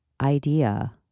idea